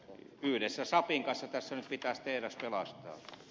yhdessä sappin kanssa tässä nyt pitäisi tehdas pelastaa